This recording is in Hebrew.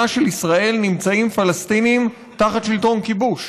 של ישראל נמצאים פלסטינים תחת שלטון כיבוש.